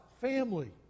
family